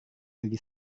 bagi